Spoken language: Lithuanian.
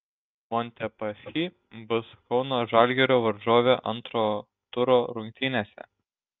montepaschi bus kauno žalgirio varžovė antro turo rungtynėse